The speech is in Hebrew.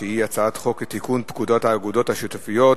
שהיא הצעת חוק לתיקון פקודת האגודות השיתופיות (מס'